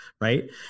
right